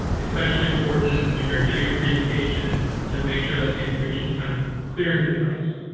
especially important when you're giving a presentation to make sure that the information is kind of clear and concise.